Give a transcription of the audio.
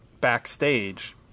backstage